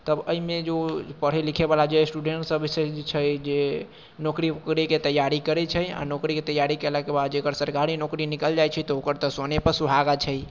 तब एहिमे जो पढ़ै लिखैवला जे स्टूडेन्टसब छै जे नौकरी करैके तैआरी करै छै आओर नौकरीके तैआरी केलाके बाद जकर सरकारी नौकरी निकल जाइ छै तऽ ओकर तऽ सोनेपर सुहागा छै